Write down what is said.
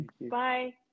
Bye